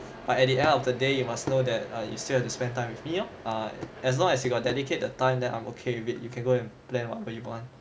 but at the end of the day you must know that you still have to spend time with me lor ah as long as you got dedicate their time then I'm okay with it you can go and plan whatever you want